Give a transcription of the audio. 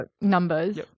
numbers